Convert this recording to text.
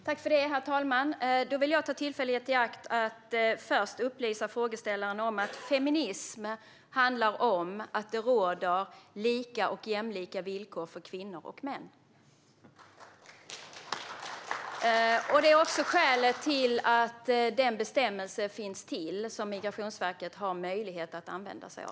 Herr talman! Då vill jag ta tillfället i akt att upplysa frågeställaren om att feminism handlar om att det råder lika och jämlika villkor för kvinnor och män. Detta är också skälet till att denna bestämmelse finns, som Migrationsverket har möjlighet att använda.